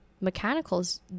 mechanicals